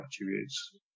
attributes